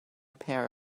pair